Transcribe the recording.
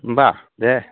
होनबा देह